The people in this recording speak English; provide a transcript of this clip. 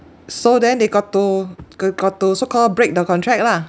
so then they got to ge~ got to so call break the contract lah